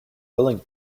willing